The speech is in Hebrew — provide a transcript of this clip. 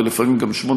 ולפעמים גם שמונה,